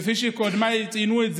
כפי שקודמיי ציינו,